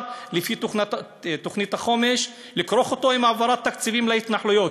לפי תוכנית החומש לכרוך אותם עם העברת תקציבים להתנחלויות.